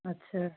अच्छा